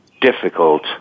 difficult